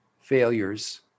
failures